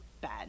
bad